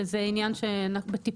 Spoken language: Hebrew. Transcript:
שזה עניין שבטיפול.